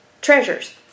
treasures